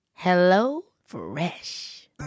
HelloFresh